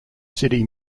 city